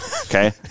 Okay